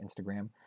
Instagram